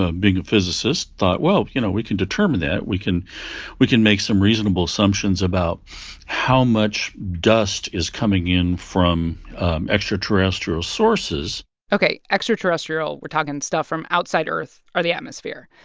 ah being a physicist, thought, well, you know, we can determine that. we can we can make some reasonable assumptions about how much dust is coming in from extraterrestrial sources ok, extraterrestrial we're talking stuff from outside earth or the atmosphere.